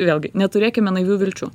vėlgi neturėkime naivių vilčių